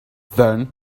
then